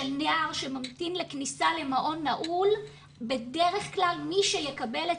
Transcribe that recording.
של נער שממתין לכניסה למעון נעול ובדרך כלל מי שיקבל את